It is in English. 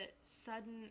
sudden